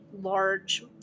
large